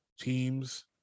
teams